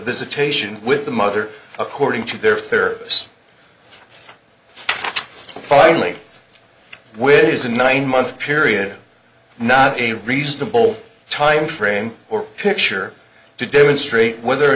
visitation with the mother according to their therapist finally whities a nine month period not a reasonable time frame or picture to demonstrate whether or